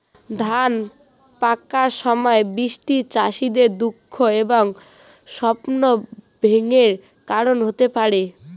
ধান পাকার সময় বৃষ্টি চাষীদের দুঃখ এবং স্বপ্নভঙ্গের কারণ হতে পারে